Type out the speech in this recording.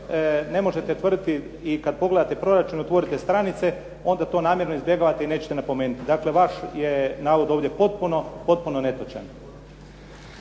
ne možete tvrditi i kad pogledate proračun, otvorite stranice, onda to namjerno izbjegavate i neće napomenuti. Dakle, vaš je navod ovdje potpuno, potpuno netočan.